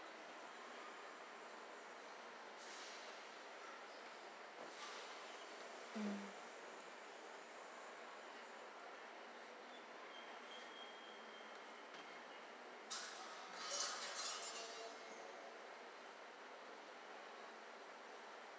mm